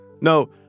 no